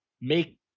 make